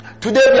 today